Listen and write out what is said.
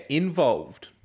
involved